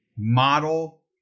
Model